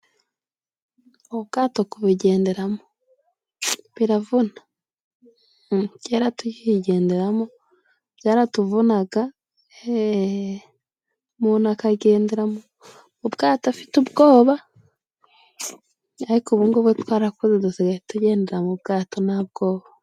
Ubu bwato kubugenderamo biraravuna. Kera tukibugenderamo, byaratuvunaga, heee, umuntu akagendera mu bwato afite ubwoba, ariko ubungubu twarakuze, dusigaye tugendera mu bwato nta bwoba.